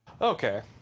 Okay